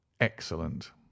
excellent